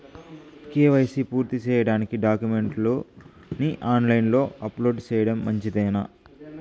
KYC పూర్తి సేయడానికి డాక్యుమెంట్లు ని ఆన్ లైను లో అప్లోడ్ సేయడం మంచిదేనా?